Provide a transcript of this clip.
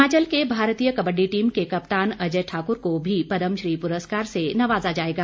हिमाचल के भारतीय कबड्डी टीम के कप्तान अजय ठाक्र को भी पदमश्री पुरस्कार से नवाजा जाएगा